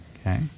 Okay